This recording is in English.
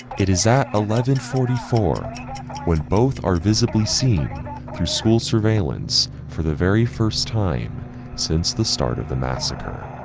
it is at eleven forty for when both are visibly seen through school surveillance for the very first time since the start of the massacre.